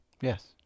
yes